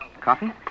Coffee